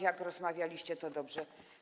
Jak rozmawialiście, to dobrze.